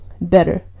better